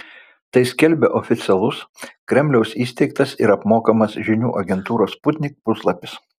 tai skelbia oficialus kremliaus įsteigtas ir apmokamas žinių agentūros sputnik puslapis